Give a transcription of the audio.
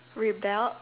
rebelled